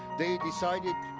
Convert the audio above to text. they decided